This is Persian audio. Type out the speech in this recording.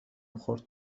خورد